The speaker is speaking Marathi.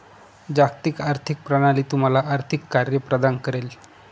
जागतिक आर्थिक प्रणाली तुम्हाला आर्थिक कार्ये प्रदान करेल